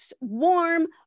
warm